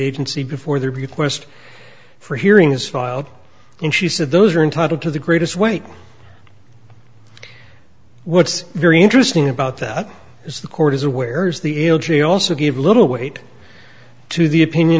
agency before their bequest for hearing is filed and she said those are entitled to the greatest weight what's very interesting about that is the court is aware of the l g also gave little weight to the opinion